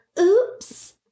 oops